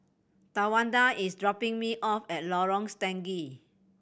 Tawanda is dropping me off at Lorong Stangee